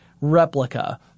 replica